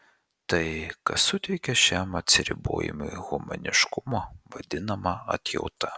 tai kas suteikia šiam atsiribojimui humaniškumo vadinama atjauta